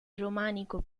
romanico